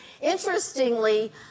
Interestingly